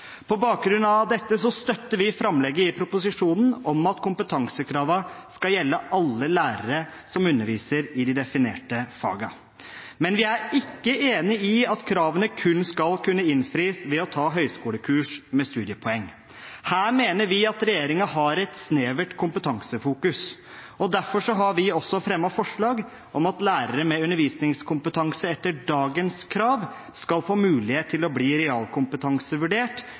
På bakgrunn av dette støtter vi framlegget i proposisjonen om at kompetansekravene skal gjelde alle lærere som underviser i de definerte fagene. Men vi er ikke enig i at kravene kun skal kunne innfris ved å ta høyskolekurs med studiepoeng. Her mener vi at regjeringen har et snevert kompetansefokus. Derfor har vi fremmet forslag om at lærere med undervisningskompetanse etter dagens krav skal få mulighet til å bli realkompetansevurdert